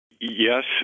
Yes